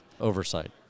oversight